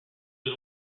was